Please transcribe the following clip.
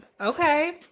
Okay